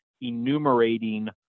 enumerating